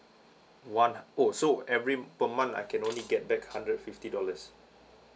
one oh so every per month I can only get back hundred fifty dollars